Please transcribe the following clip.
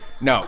No